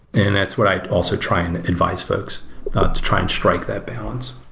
and that's what i also try and advise folks to try and strike that balance.